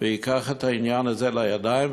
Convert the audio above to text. וייקח את העניין הזה לידיים,